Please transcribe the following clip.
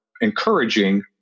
encouraging